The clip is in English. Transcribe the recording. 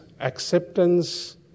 acceptance